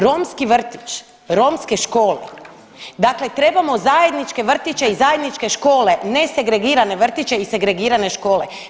Romski vrtić, romske škole, dakle trebamo zajedničke vrtiće i zajedničke škole, ne segregirane vrtiće i segregirane škole.